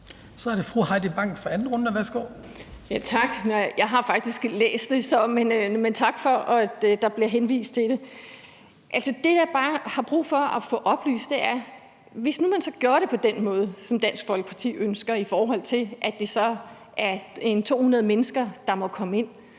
Kl. 15:36 Heidi Bank (V): Tak. Jeg har faktisk læst det, men tak for, at der bliver henvist til det. Altså, det, jeg bare har brug for at få oplyst, er, at hvis nu man så gjorde det på den måde, som Dansk Folkeparti ønsker, i forhold til at det er 200 mennesker, der må komme ind,